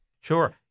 Sure